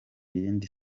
yindi